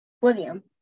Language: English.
William